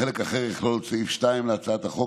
חלק אחר יכלול את סעיף 2 להצעת החוק,